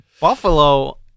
Buffalo